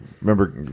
remember